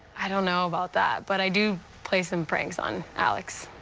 i don't know about that, but i do play some pranks on alex.